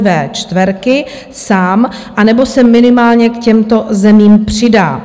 Vé čtyřky sám, anebo se minimálně k těmto zemím přidá.